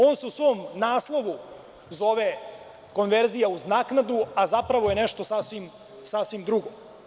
On se u svom naslovu zove Konverzija uz naknadu, a zapravo je nešto sasvim drugo.